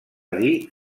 dir